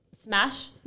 smash